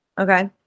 Okay